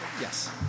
Yes